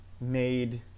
made